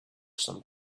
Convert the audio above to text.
some